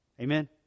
Amen